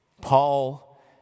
Paul